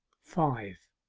five.